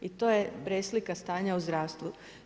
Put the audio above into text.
I to je preslika stanja u zdravstvu.